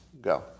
Go